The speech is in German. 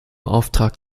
auftrag